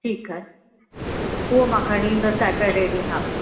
ठीकु आहे उओ मां खणी ईंदस सेटर्डे ॾींहुं हा